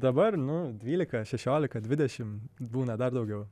dabar nu dvylika šešiolika dvidešimt būna dar daugiau